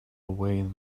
away